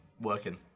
working